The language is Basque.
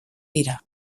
dira